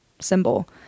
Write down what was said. symbol